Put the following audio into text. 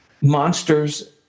Monsters